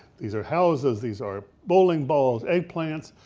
these are houses, these are bowling balls, eggplants,